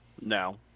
No